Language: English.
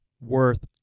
worth